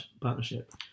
partnership